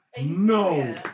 no